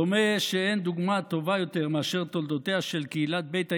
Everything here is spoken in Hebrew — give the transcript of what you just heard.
דומה שאין דוגמה טובה יותר מאשר תולדותיה של קהילת ביתא